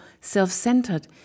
self-centered